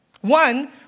One